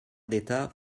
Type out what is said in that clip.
d’état